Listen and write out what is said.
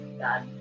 God